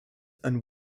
and